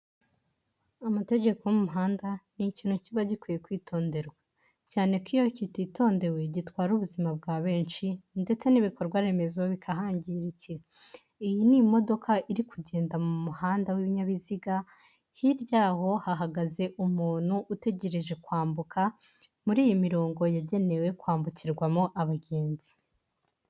Amategeko y'umuhanda ni ikintu kiba gikwiye kwitonderwa, cyane ko iyo kititondewe gitwara ubuzima bwa benshi ndetse n'ibikorwa remezo bikahangirikira. Iyi ni imodoka iri kugenda mu muhanda w'ibinyabiziga, hirya yaho hahagaze umuntu utegereje kwambuka muri iyi mirongo yagenewe kwambukirwamo abagenzi.